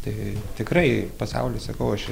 tai tikrai pasaulis sakau aš